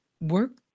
work